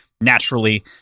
naturally